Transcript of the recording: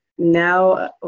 Now